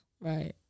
Right